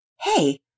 Hey